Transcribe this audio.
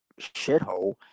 shithole